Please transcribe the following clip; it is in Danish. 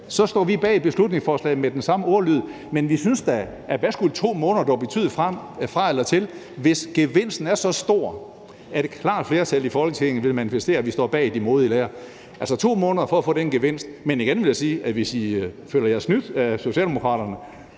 så står vi bag beslutningsforslaget med den samme ordlyd. Men vi synes da, at hvad skulle 2 måneder fra eller til dog betyde, hvis gevinsten er så stor, at et klart flertal i Folketinget vil manifestere, at de står bag de modige lære; altså 2 måneder for at få den gevinst? Men igen vil jeg sige til Venstre: Hvis I føler jer snydt af Socialdemokraterne,